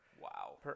wow